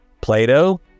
Plato